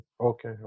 Okay